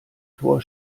tor